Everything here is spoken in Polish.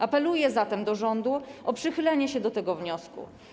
Apeluję zatem do rządu o przychylenie się do tego wniosku.